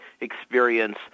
experience